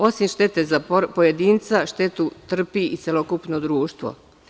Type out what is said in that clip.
Osim štete za pojedinca, štetu trpi i celokupno društvo.